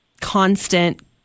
constant